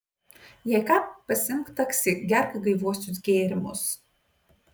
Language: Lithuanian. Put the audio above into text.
jei ką pasiimk taksi gerk gaiviuosius gėrimus